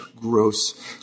Gross